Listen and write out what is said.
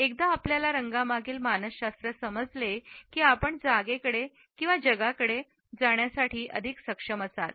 एकदा आपल्याला रंगांमागील मानसशास्त्र समजले की आपण जगाकडे जाण्यासाठी अधिक सक्षम असाल